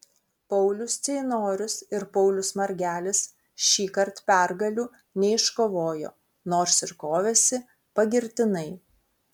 paulius ceinorius ir paulius margelis šįkart pergalių neiškovojo nors ir kovėsi pagirtinai